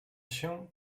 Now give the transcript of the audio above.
się